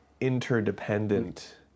interdependent